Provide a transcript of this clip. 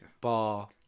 Bar